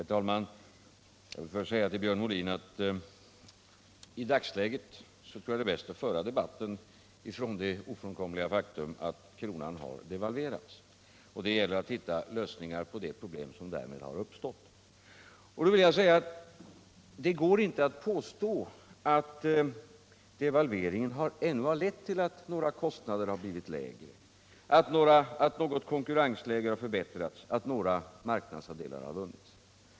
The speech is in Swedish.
Herr talman! Jag vill först säga till Björn Molin att i dagsläget tror jag det är bäst att föra debatten utifrån det ofrånkomliga faktum att kronan har devalverats, och det gäller att hitta lösningar på de problem som därmed har uppstått. Det går inte att påstå att devalveringen ännu har lett till att några kostnader har blivit lägre, att något konkurrensläge har förbättrats eller att några marknadsandelar har vunnits.